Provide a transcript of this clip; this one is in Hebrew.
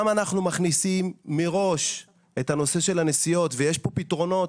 אנחנו מכניסים מראש את הנושא של הנסיעות ויש כאן פתרונות.